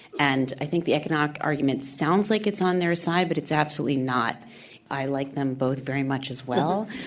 and i think the economic argument sounds like it's on their side, but it's absolutely not. it's i like them both very much as well.